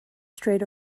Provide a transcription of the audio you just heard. strait